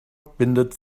bindet